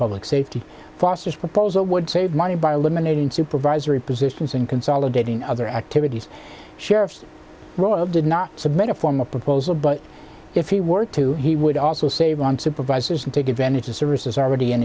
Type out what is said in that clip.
public safety foster's proposal would save money by eliminating supervisory positions and consolidating other activities sheriff's role did not submit a formal proposal but if he were to he would also save on supervisors and take advantage of services already in